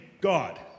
God